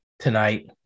tonight